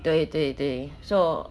对对对 so